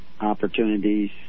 opportunities